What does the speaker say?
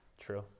True